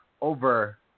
over